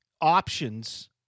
options